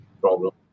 problem